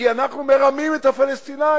כי אנחנו מרמים את הפלסטינים.